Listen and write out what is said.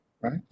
right